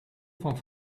van